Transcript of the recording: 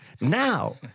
Now